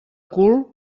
cul